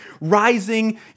rising